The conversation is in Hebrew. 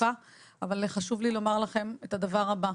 חוקה אבל חשוב לי לומר לכם את הדבר הבא.